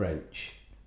French